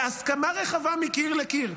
בהסכמה רחבה מקיר לקיר,